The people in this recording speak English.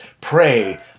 Pray